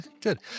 good